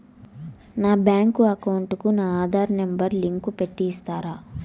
నా bank account కు నా ఆధార్ నెంబర్ లింకు పెట్టి ఇస్తారా?